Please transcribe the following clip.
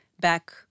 back